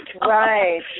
Right